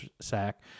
sack